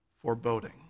foreboding